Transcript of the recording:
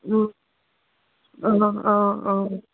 অঁ অঁ অঁ অঁ অঁ